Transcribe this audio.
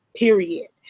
period.